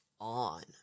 on